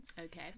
Okay